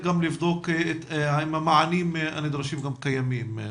גם לבדוק אם המענים הנדרשים גם קיימים.